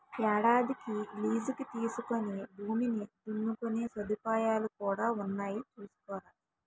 ఏడాదికి లీజుకి తీసుకుని భూమిని దున్నుకునే సదుపాయాలు కూడా ఉన్నాయి చూసుకోరా